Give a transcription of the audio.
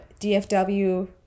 DFW